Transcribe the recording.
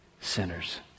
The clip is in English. sinners